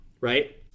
right